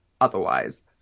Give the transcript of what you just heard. otherwise